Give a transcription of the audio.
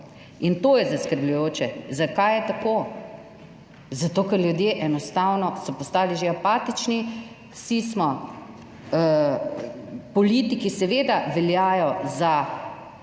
In to je zaskrbljujoče. Zakaj je tako? Zato, ker ljudje enostavno so postali že apatični. Vsi smo…, politiki, seveda veljajo za,